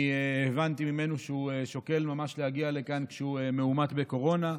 אני הבנתי ממנו שהוא שוקל ממש להגיע לכאן כשהוא מאומת לקורונה.